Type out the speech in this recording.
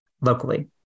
locally